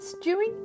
Stewing